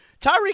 Tyreek